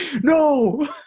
no